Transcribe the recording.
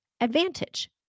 advantage